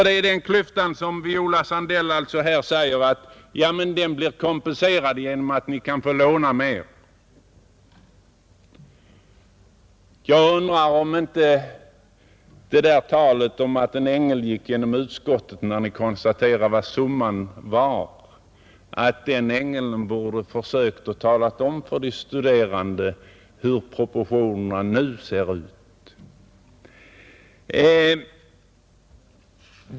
Det är denna klyfta som Viola Sandell här säger blir kompenserad genom att man kan få låna mera, Beträffande talet om att en ängel gick genom utskottet, när ni konstaterade vad summan var, undrar jag om inte den ängeln borde ha försökt tala om för de studerande vilken konsekvens det finns mellan icke indexreglerade bidrag och indexreglerade lån.